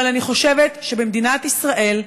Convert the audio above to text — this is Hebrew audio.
אבל אני חושבת שבמדינת ישראל,